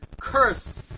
curse